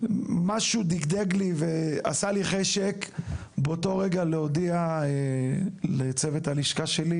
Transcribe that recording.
משהו דגדג לי ועשה לי חשק באותו רגע להודיע לצוות הלשכה שלי